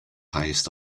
highest